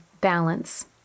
balance